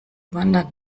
wandert